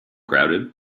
crowded